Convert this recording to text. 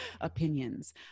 opinions